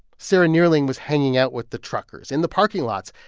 sarah nehrling was hanging out with the truckers in the parking lots,